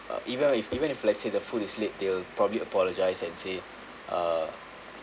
uh even if even if let's say the food is late they'll probably apologise and say uh